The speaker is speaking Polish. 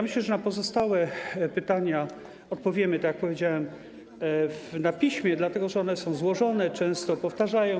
Myślę, że na pozostałe pytania odpowiemy - tak jak powiedziałem - na piśmie, dlatego że są one złożone i często się powtarzają.